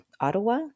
Ottawa